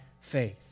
faith